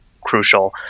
crucial